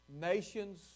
nations